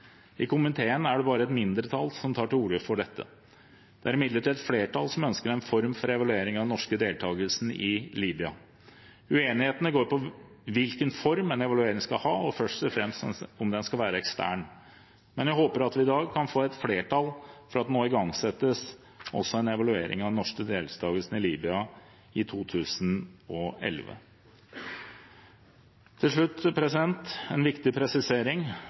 I komiteen er det bare et mindretall som tar til orde for dette. Det er imidlertid et flertall som ønsker en form for evaluering av den norske deltakelsen i Libya. Uenighetene går på hvilken form en evaluering skal ha, og først og fremst om den skal være ekstern. Men jeg håper at vi i dag kan få flertall for at det nå igangsettes en evaluering av også den norske deltakelsen i Libya i 2011. Til slutt en viktig presisering: